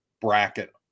bracket